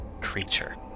creature